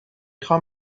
خوام